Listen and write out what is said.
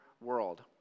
world